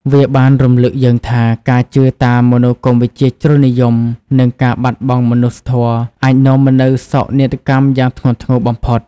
វាបានរំឭកយើងថា ការជឿតាមមនោគមវិជ្ជាជ្រុលនិយម និងការបាត់បង់មនុស្សធម៌អាចនាំមកនូវសោកនាដកម្មយ៉ាងធ្ងន់ធ្ងរបំផុត។